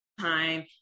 time